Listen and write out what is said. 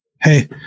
Hey